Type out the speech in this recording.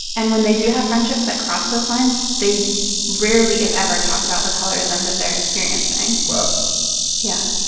and when they do have friendships that cross those lines, they rarely, if ever, talk about the colorism that they're experiencing wow yeah.